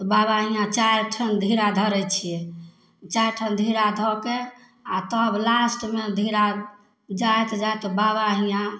तऽ बाबा हिआँ चारि ठाम धीरा धरै छिए चारि ठाम धीरा धऽके आओर तब लास्टमे धीरा जाइत जाइत ओ बाबा हिआँ